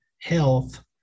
Health